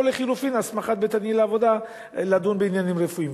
או לחלופין להסמכת בית-הדין לעבודה לדון בעניינים רפואיים.